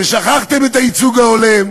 ושכחתם את הייצוג ההולם,